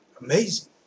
amazing